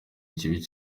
ikibi